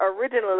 originally